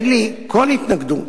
אין לי כל התנגדות